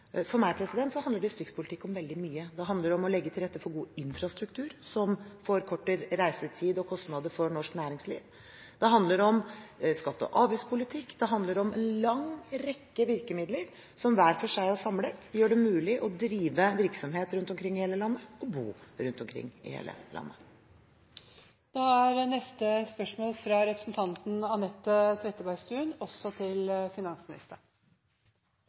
For meg handler distriktspolitikk om veldig mye. Det handler om å legge til rette for god infrastruktur, som forkorter reisetid og kostnader for norsk næringsliv. Det handler om skatte- og avgiftspolitikk. Det handler om en lang rekke virkemidler som hver for seg og samlet gjør det mulig å drive virksomhet rundt omkring i hele landet og bo rundt omkring i hele landet. «I merknadene til perspektivmeldingen sa regjeringspartiene seg enig med Stoltenberg-regjeringen i at vi er